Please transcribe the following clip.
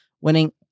winning